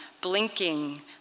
blinking